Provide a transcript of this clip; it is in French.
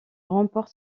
remporte